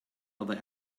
other